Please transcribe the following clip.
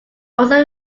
also